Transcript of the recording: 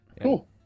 Cool